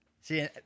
See